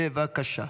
בבקשה.